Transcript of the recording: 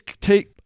take